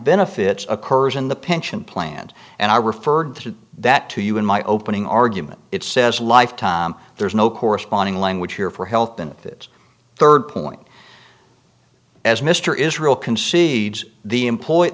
benefits occurs in the pension plan and i referred to that to you in my opening argument it says lifetime there's no corresponding language here for health benefits third point as mr israel concedes the employe